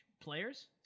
players